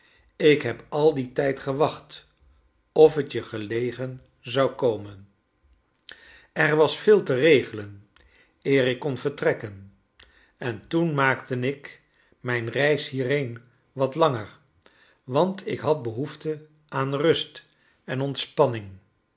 ik heb al dien tijd gewacht of t je gelegen zou komen m er was veel te regelen eer ik kon vertrekken en toen maakte ik mijn reis hierheen wat langer want ik had behoefte aan rust en ontspanning